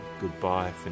Goodbye